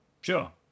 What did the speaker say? Sure